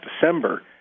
December